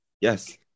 Yes